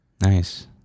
Nice